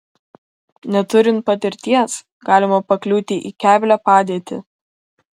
neturint patirties galima pakliūti į keblią padėtį